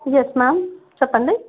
yes ma'am చెప్పండి